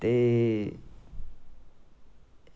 ते